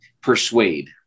Persuade